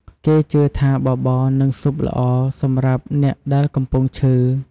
គេជឿថា បបរ និងស៊ុបល្អសម្រាប់អ្នកដែលកំពុងឈឺ។